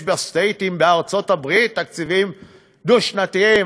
יש ב-States בארצות-הברית תקציבים דו-שנתיים,